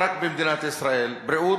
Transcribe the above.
רק במדינת ישראל"; "בריאות,